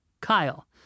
Kyle